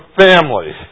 family